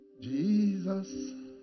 Jesus